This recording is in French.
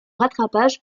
rattrapage